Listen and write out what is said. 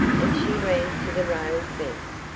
and she ran to the rail fence,